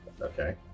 Okay